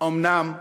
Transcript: אומנם גדלה,